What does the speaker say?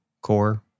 core